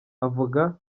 avuga